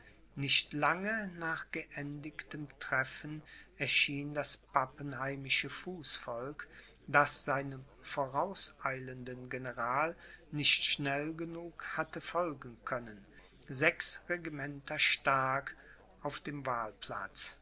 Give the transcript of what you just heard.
nicht lange nach geendigtem treffen erschien das pappenheimische fußvolk das seinem vorauseilenden general nicht schnell genug hatte folgen können sechs regimenter stark auf dem